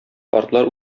картлар